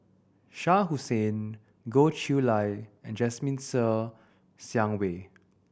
Shah Hussain Goh Chiew Lye and Jasmine Ser Xiang Wei